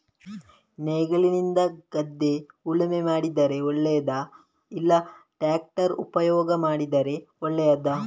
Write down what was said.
ನೇಗಿಲಿನಿಂದ ಗದ್ದೆ ಉಳುಮೆ ಮಾಡಿದರೆ ಒಳ್ಳೆಯದಾ ಇಲ್ಲ ಟ್ರ್ಯಾಕ್ಟರ್ ಉಪಯೋಗ ಮಾಡಿದರೆ ಒಳ್ಳೆಯದಾ?